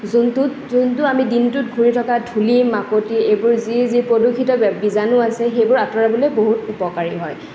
যোনটোত যোনটো আমি দিনটোত ঘূৰি থকা ধূলি মাকতি এইবোৰ যি যি প্ৰদূষিত বীজাণু আছে সেইবোৰ আঁতৰাবলৈ বহুত উপকাৰী হয়